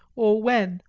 or when,